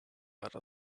other